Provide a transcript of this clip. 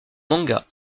manga